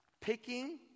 picking